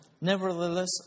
Nevertheless